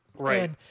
Right